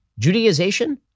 Judaization